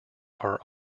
are